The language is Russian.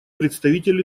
представитель